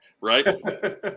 Right